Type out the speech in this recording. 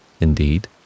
Indeed